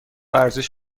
ارزش